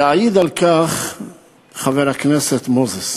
יעיד על כך חבר הכנסת מוזס,